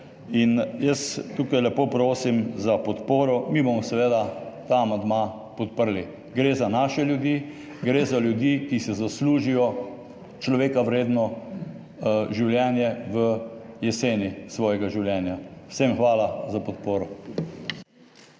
Jaz tukaj lepo prosim za podporo. Mi bomo seveda ta amandma podprli. Gre za naše ljudi, gre za ljudi, ki si zaslužijo človeka vredno življenje v jeseni svojega življenja. Vsem hvala za podporo.